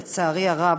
לצערי הרב,